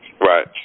Right